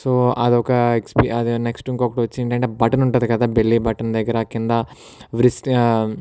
so అది ఒక ఎక్స్పీ నెక్స్ట్ ఇంకొకటి వచ్చి ఏంటంటే బటన్ ఉంటుంది కదా బెల్లీ బటన్ దగ్గర క్రింద వ్రిస్ట్